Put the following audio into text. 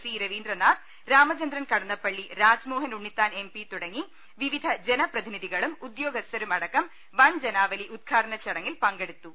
C Raveendranath Ramachandran Kadannappally Rajmohan Unnithan M P തുടങ്ങി വിവിധിജനപ്രതിനിധികളും ഉദ്യോഗസ്ഥരും അടക്കം വൻജനാവലി ഉദ്ഘാടന ചടങ്ങിൽ പങ്കെടുത്തു